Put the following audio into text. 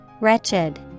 Wretched